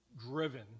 driven